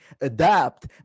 adapt